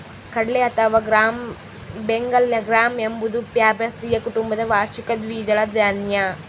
ಕಡಲೆ ಅಥವಾ gram Bengal gram ಎಂಬುದು ಫ್ಯಾಬಾಸಿಯ ಕುಟುಂಬದ ವಾರ್ಷಿಕ ದ್ವಿದಳ ಧಾನ್ಯ